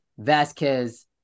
Vasquez